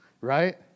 right